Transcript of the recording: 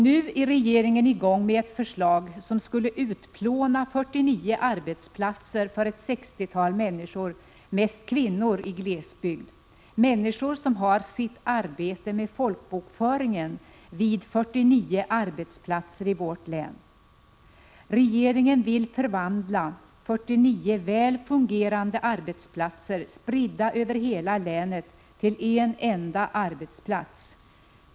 Nu är regeringen i gång med ett förslag som skulle utplåna 49 arbetsplatser för ett sextiotal människor, mest kvinnor i glesbygd. Det handlar om människor som har sitt arbete med folkbokföringen vid 49 arbetsplatser i vårt län. Regeringen vill förvandla 49 väl fungerande arbetsplatser, spridda över hela länet, till en enda arbetsplats.